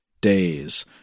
days